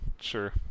Sure